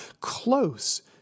close